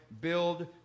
build